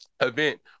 event